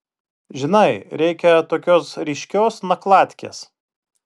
žinai reikia tokios ryškios nakladkės